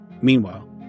Meanwhile